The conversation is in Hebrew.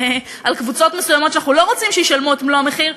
על קבוצות מסוימות שאנחנו לא רוצים שהן תשלמנה את מלוא המחיר,